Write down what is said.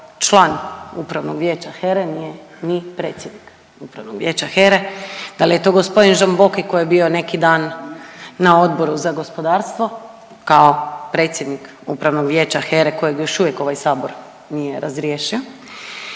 član upravnog vijeća HERA-e, nije ni predsjednika upravnog vijeća HERA-e, da li je to g. Žamboki koji je bio neki dan na Odboru za gospodarstvo kao predsjednik upravnog vijeća HERA-e kojeg još uvijek ovaj sabor nije razriješio